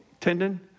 tendon